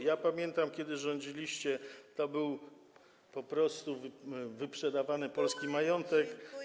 Ja pamiętam, że kiedy rządziliście, był po prostu wyprzedawany polski majątek.